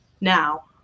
now